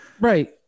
Right